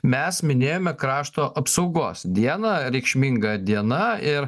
mes minėjome krašto apsaugos dieną reikšminga diena ir